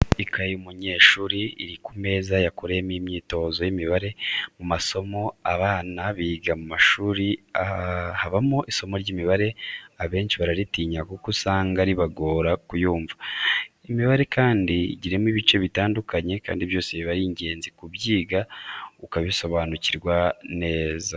Ikaye y'umunyeshuri iri ku meza yakoreyemo imyitozo y'imibare, mu masomo abana biga mu mashuri habamo isomo ry'imibare, abenshi bararitinya kuko usanga ibagora kuyumva. Imibare kandi igiramo ibice bitandukanye kandi byose biba ari ingenzi kubyiga ukabisobanukirwa neza.